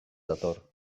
dator